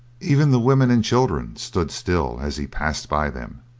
even the women and children stood still as he passed by them,